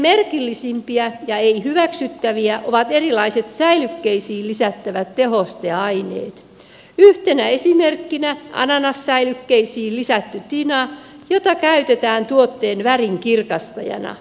kaikkein merkillisimpiä ja ei hyväksyttäviä ovat erilaiset säilykkeisiin lisättävät tehosteaineet yhtenä esimerkkinä ananassäilykkeisiin lisätty tina jota käytetään tuotteen värin kirkastajana